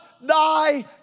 thy